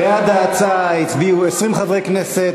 בעד ההצעה הצביעו 20 חברי כנסת,